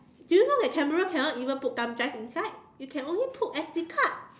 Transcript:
do you know that camera cannot even put thumbdrive inside you can only put S_D card